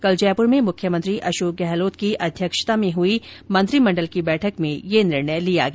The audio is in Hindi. कल जयपुर में मुख्यमंत्री अशोक गहलोत की अध्यक्षता में हुई मंत्रिमंडल की बैठक में यह निर्णय लिया गया